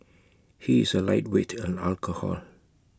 he is A lightweight in alcohol